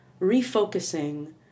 refocusing